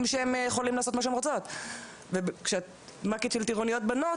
שהן יכולות לעשות מה שהן רוצות ומ"כית של טירוניות בנות,